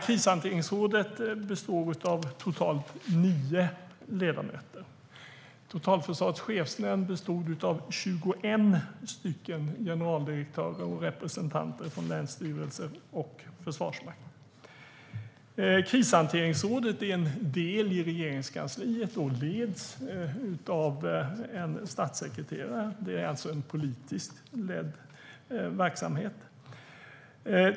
Krishanteringsrådet består av totalt nio ledamöter. Totalförsvarets chefsnämnd bestod av 21 generaldirektörer samt representanter för länsstyrelser och Försvarsmakten. Krishaneringsrådet är en del i Regeringskansliet och leds av en statssekreterare. Det är alltså en politiskt ledd verksamhet.